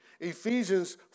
Ephesians